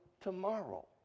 tomorrow